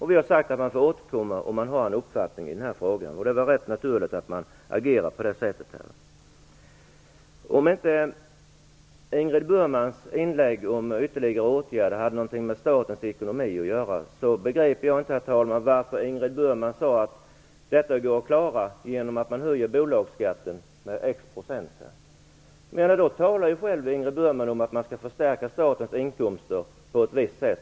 Vi har sagt att man får återkomma, om man har en uppfattning i den här frågan. Det är väl rätt naturligt att agera på det sättet här. Om inte Ingrid Burmans inlägg om ytterligare åtgärder hade någonting att göra med statens ekonomi, begriper jag inte, herr talman, varför hon sade att detta kan klaras genom att man höjer bolagsskatten med x %. Ingrid Burman talade ju då själv om att man skall förstärka statens inkomster på ett visst sätt.